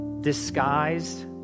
disguised